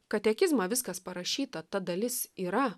katekizmą viskas parašyta ta dalis yra